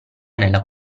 nella